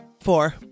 four